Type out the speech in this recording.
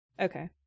Okay